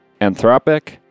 Anthropic